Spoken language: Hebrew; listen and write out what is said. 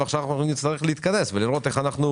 ועכשיו אנחנו נצטרך להתכנס ולראות איך אנחנו